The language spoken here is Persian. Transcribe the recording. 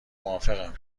موافقم